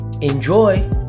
Enjoy